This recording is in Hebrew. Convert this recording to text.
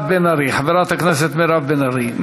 חברת הכנסת מירב בן ארי.